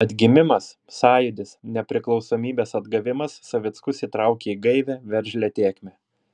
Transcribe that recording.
atgimimas sąjūdis nepriklausomybės atgavimas savickus įtraukė į gaivią veržlią tėkmę